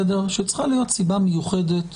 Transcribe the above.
צריכה להיות סיבה מיוחדת